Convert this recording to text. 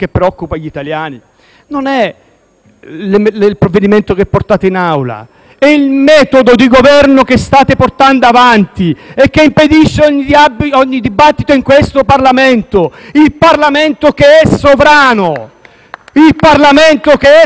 è il metodo di Governo che state portando avanti e che impedisce ogni dibattito in questo Parlamento, che è sovrano e che è a garanzia della democrazia e di tutti i cittadini italiani.